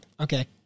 okay